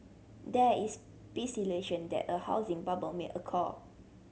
there is s that a housing bubble may